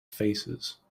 faces